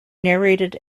narrated